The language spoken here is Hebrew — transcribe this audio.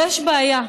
יש בעיה.